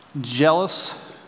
jealous